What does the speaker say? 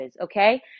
okay